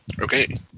Okay